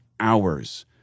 Hours